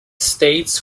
states